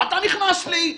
מה אתה נכנס לי?